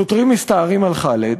שוטרים מסתערים על ח'אלד,